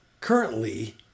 Currently